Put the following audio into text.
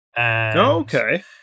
Okay